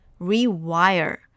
Rewire